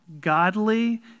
godly